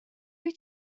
wyt